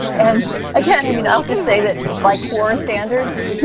and again, i mean, i'll just say that by core standards,